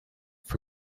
for